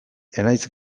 enaitz